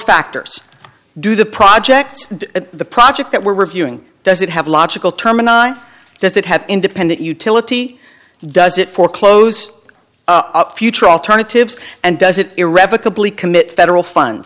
factors do the projects and the project that we're reviewing does it have a logical termini does it have independent utility does it for close up future alternatives and does it irrevocably commit federal funds